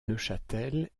neufchâtel